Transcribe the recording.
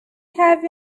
have